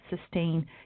sustain